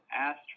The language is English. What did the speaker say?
asked